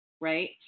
right